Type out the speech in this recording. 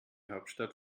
hauptstadt